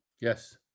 Yes